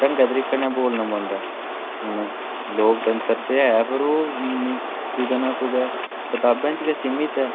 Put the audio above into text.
ढंगै तरीके कन्नै बोलना पौंदा उ'नें लोकतंत्र ते ऐ पर ओह् मि कुतै न कुतै कताबें च गै सीमत ऐ